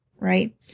right